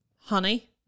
Honey